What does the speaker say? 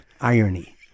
irony